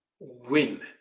win